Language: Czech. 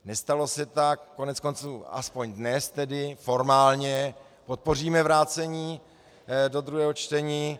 Nestalo se tak, koneckonců aspoň dnes tedy formálně podpoříme vrácení do druhého čtení.